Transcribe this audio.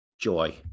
joy